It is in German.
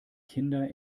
kinder